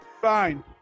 fine